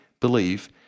believe